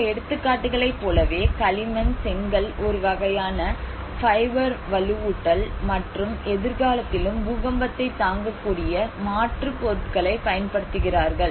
சில எடுத்துக்காட்டுகளைப் போலவே களிமண் செங்கல் ஒரு வகையான ஃபைபர் வலுவூட்டல் மற்றும் எதிர்காலத்திலும் பூகம்பத்தைத் தாங்கக்கூடிய மாற்றுப் பொருட்களைப் பயன்படுத்துகிறார்கள்